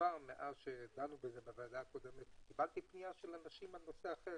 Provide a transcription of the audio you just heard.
מאז שדנו בזה בוועדה הקודמת קבלתי פניה של אנשים בנושא אחר,